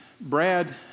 Brad